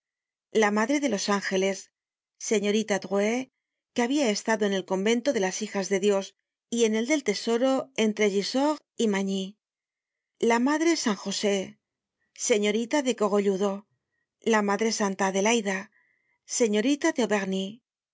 la madre de los angeles señorita drouet que habia estado en el convento de las hijas de dios y en el del tesoro entre gisors y magny la madre san josé señorita de cogolludo la madre santa adelaida señorita de